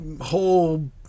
whole